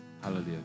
hallelujah